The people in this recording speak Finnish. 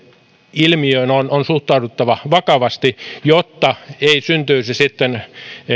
ilmiöön on on suhtauduttava vakavasti jotta ei syntyisi sitten